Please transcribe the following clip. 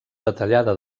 detallada